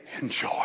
enjoy